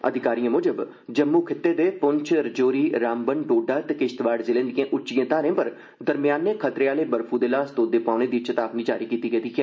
अधिकारिएं मुजब जम्मू खित्ते दे पुंछ राजौरी रामबन डोडा ते किश्तवाड़ जिलें दिएं उच्चिएं धारें पर दरम्याने खतरे आहले बर्फ् दे ल्हास तोदे पौने दी चेतावनी जारी कीती गेई ऐ